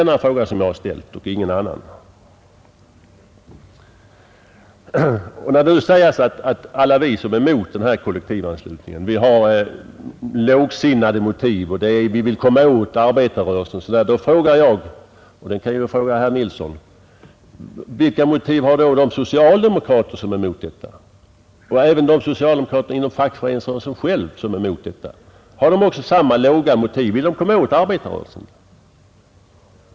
När det nu sägs att alla vi som är emot denna kollektivanslutning har lågsinnade motiv och att vi vill komma åt arbetarrörelsen, då frågar jag — jag kan ställa frågan till herr Nilsson i Kalmar — vilka motiv de socialdemokrater har som är emot kollektivanslutningen liksom vilka motiv de socialdemokrater inom fackföreningsrörelsen har som är emot den. Har också de samma låga motiv, vill de komma åt arbetarrörelsen?